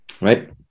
right